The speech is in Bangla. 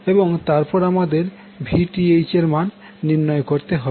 এবং তারপর আমাদের VTh এর মান নির্ণয় করতে হবে